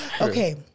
Okay